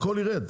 הכול יירד,